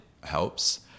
helps